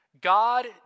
God